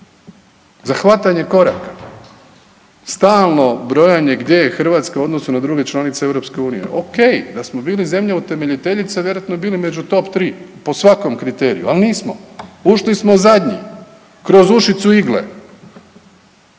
za hvatanje koraka. Stalno brojanje gdje je Hrvatska u odnosu na druge članice EU, ok, da smo bili zemlja utemeljiteljica vjerojatno bi bili među top 3 po svakom kriteriju, ali nismo. Ušli smo zadnji kroz ušicu igle.